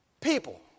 people